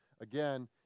again